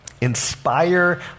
Inspire